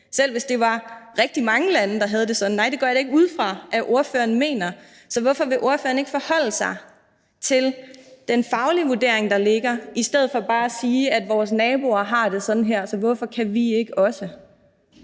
Selv hvis det var rigtig mange lande, der havde det sådan, så går jeg da ikke ud fra, at spørgeren mener det. Så hvorfor vil spørgeren ikke forholde sig til den faglige vurdering, der ligger, i stedet for bare at sige, at vores naboer har det sådan her, så hvorfor kan vi ikke også?